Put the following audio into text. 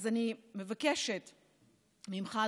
אז אני מבקשת ממך,